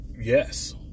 Yes